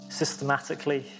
systematically